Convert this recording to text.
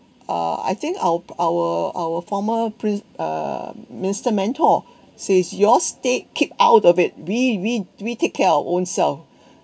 uh I think our our our former prin~ uh minister mentor says your state keep out of it we we we take care our own self